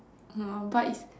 !huh! but it's